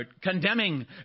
condemning